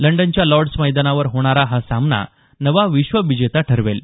लंडनच्या लॉर्डस मैदानावर होणाऱ्या हा सामना नवा विश्वजेता ठरवेल